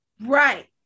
Right